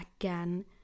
again